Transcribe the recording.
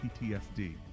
PTSD